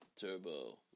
Turbo